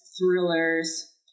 thrillers